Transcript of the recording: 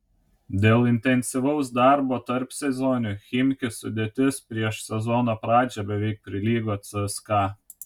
dėl intensyvaus darbo tarpsezoniu chimki sudėtis prieš sezono pradžią beveik prilygo cska